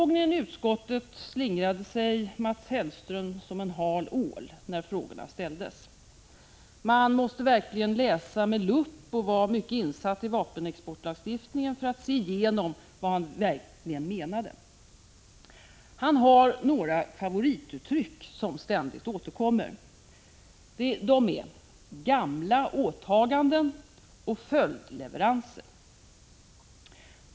dens tjänsteutövnin, Sc LE å é 2 2 8 Wivi-Anne Cederqvist säger vidare att människor kan gå till de svenska slingrade sig Mats Hellström som en hal ål när frågorna ställdes. Man måste Prot. 1985/86:146 verkligen läsa med lupp och vara mycket insatt i vapenexportlagstiftningen 21 maj 1986 för att se igenom vad han verkligen menade. Han har några favorituttryck 5 BT Granskning av statsrå som ständigt återkommer: gamla åtaganden och följdleveranser.